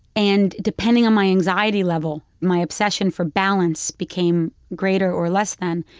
and, depending on my anxiety level, my obsession for balance became greater or less than.